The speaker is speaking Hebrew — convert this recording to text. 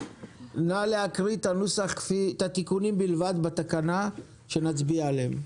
נא לקרוא את התיקונים בלבד בתקנה, שנצביע עליהם.